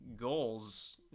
goals